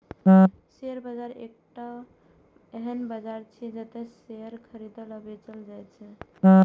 share बाजार एकटा एहन बाजार छियै, जतय शेयर खरीदल आ बेचल जाइ छै